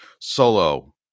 solo